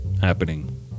Happening